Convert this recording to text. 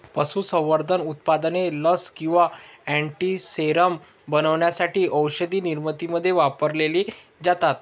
पशुसंवर्धन उत्पादने लस किंवा अँटीसेरम बनवण्यासाठी औषधनिर्मितीमध्ये वापरलेली जातात